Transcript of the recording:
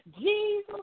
Jesus